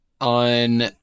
on